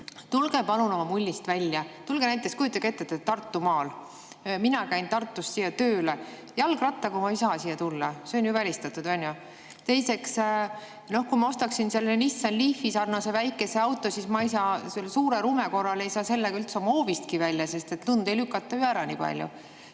Tulge palun oma mullist välja! Kujutage ette, et te olete Tartumaal. Mina käin Tartust siia tööle. Jalgrattaga ma ei saa siia tulla, see on ju välistatud, on ju? Teiseks, kui ma ostaksin selle Nissan Leafi sarnase väikese auto, siis ma ei saaks suure lume korral sellega üldse oma hoovistki välja, sest lund ei lükata ju ära nii palju.